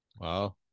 Wow